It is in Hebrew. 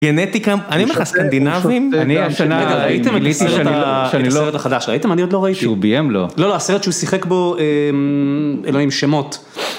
גנטיקה, אני אומר לך סקנדינבים, רגע ראיתם את הסרט החדש, ראיתם? אני עוד לא ראיתי, שהוא ביים? לא, הסרט שהוא שיחק בו, אלוהים, שמות.